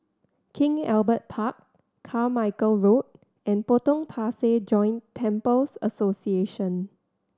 King Albert Park Carmichael Road and Potong Pasir Joint Temples Association